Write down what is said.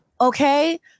Okay